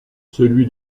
celui